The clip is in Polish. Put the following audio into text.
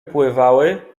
pływały